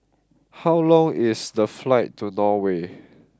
how long is the flight to Norway